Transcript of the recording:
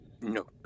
No